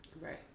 right